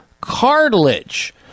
cartilage